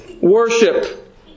worship